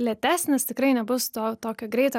lėtesnis tikrai nebus to tokio greito